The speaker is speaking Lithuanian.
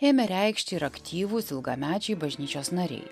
ėmė reikšti ir aktyvūs ilgamečiai bažnyčios nariai